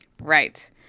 right